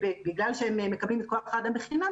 בגלל שהם מקבלים את כוח-האדם בחינם,